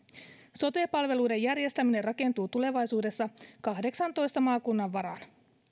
sote palveluiden järjestäminen rakentuu tulevaisuudessa kahdeksantoista maakunnan varaan